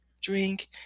drink